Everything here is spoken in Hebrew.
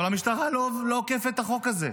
אבל המשטרה לא אוכפת את החוק הזה.